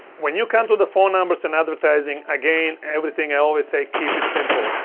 when you come so the phone number and advertising, again everything i always say, keep it simple.